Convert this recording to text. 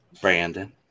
Brandon